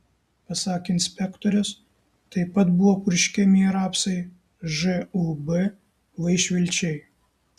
pasak inspektorės taip pat buvo purškiami ir rapsai žūb vaišvilčiai